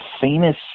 famous